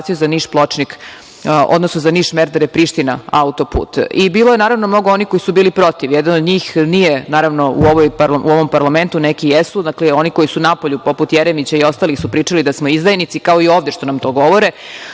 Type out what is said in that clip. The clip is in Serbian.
za Niš-Pločnik, odnosno za Niš-Merdare-Priština, autoput. I bilo je naravno mnogo onih koji su bili protiv. Jedan od njih nije naravno u ovom parlamentu, neki jesu, dakle oni koji su napolju poput Jeremića i ostalih su pričali da smo izdajnici, kao i ovde što nam to govore